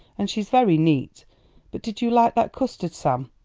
and she's very neat but did you like that custard, sam?